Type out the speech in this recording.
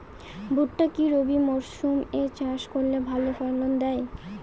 ভুট্টা কি রবি মরসুম এ চাষ করলে ভালো ফলন দেয়?